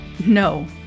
No